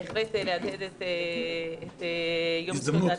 זה בהחלט מהדהד את יום זכויות האדם